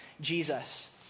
Jesus